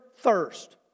Thirst